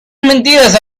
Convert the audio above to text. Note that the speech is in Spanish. mentiras